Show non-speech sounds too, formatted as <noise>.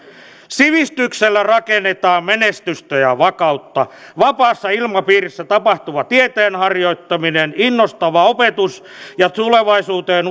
sivistyksellä rakennetaan menestystä ja vakautta vapaassa ilmapiirissä tapahtuva tieteen harjoittaminen innostava opetus ja tulevaisuuteen <unintelligible>